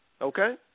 okay